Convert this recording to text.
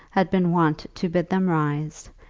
had been wont to bid them rise,